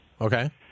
Okay